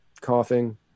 coughing